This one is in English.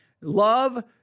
love